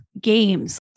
games